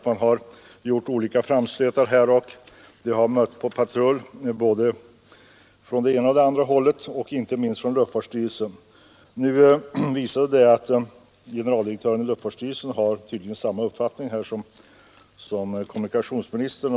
Man har gjort olika framstötar, men det har stött på patrull från både det ena och det andra hållet, inte minst från luftfartsstyrelsen. Nu har tydligen generaldirektören i luftfartsstyrelsen samma uppfattning som kommunikationsministern.